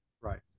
right